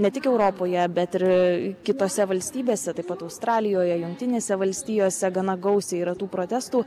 ne tik europoje bet ir kitose valstybėse taip pat australijoje jungtinėse valstijose gana gausiai yra tų protestų